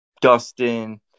Dustin